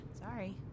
Sorry